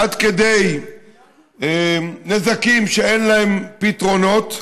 עד כדי נזקים שאין להם פתרונות.